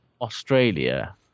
Australia